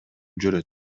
жүрөт